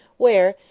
where,